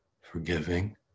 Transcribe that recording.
forgiving